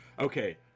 Okay